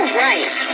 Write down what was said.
right